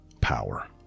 power